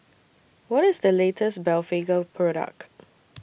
What IS The latest Blephagel Product